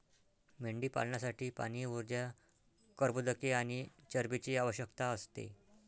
मेंढीपालनासाठी पाणी, ऊर्जा, कर्बोदके आणि चरबीची आवश्यकता असते